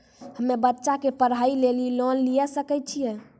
हम्मे बच्चा के पढ़ाई लेली लोन लिये सकय छियै?